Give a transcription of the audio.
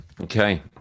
Okay